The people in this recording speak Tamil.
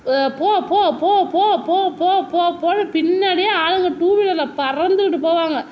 போ போ போ போ போ போ போ போனு பின்னாடியே ஆளுங்க டூவீலரில் பறந்துக்கிட்டு போவாங்க